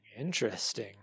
interesting